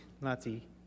Nazi